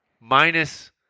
Minus